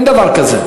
אין דבר כזה.